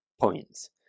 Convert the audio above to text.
points